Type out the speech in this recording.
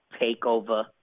takeover